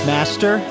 Master